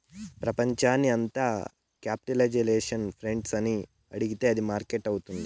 ప్రపంచాన్ని అంత capitalisation friend అని అడిగితే అది మార్కెట్ అవుతుంది